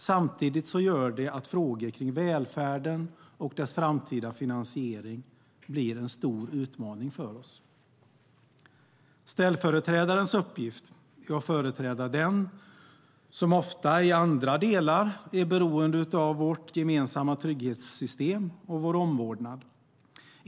Samtidigt gör det att frågor kring välfärden och dess framtida finansiering blir en stor utmaning för oss. Ställföreträdarens uppgift är att företräda den som ofta i andra delar är beroende av vårt gemensamma trygghetssystem och vår omvårdnad.